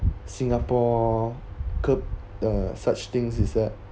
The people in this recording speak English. singapore curb uh such things she said